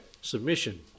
submission